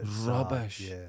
Rubbish